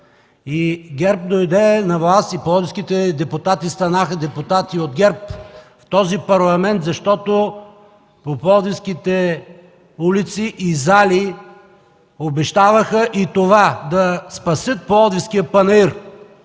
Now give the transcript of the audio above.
ГЕРБ дойде на власт и пловдивските депутати станаха депутати от ГЕРБ в този парламент, защото по пловдивските улици и зали обещаваха да спасят Пловдивския панаир.